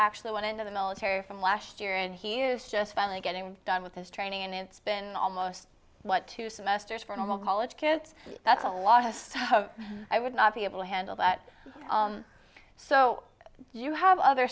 actually went into the military from last year and he is just finally getting done with his training and it's been almost what two semesters for the whole college kids that's a lot of i would not be able to handle that so you have other